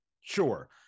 Sure